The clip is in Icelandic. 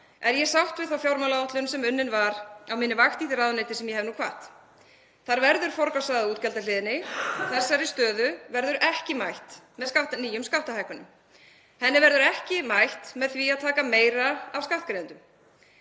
er ég sátt við þá fjármálaáætlun sem unnin var á minni vakt í því ráðuneyti sem ég hef nú kvatt. Þar verður forgangsraðað á útgjaldahliðinni. Þessari stöðu verður ekki mætt með nýjum skattahækkunum. Henni verður ekki mætt með því að taka meira af skattgreiðendum